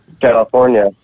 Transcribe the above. California